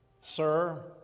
sir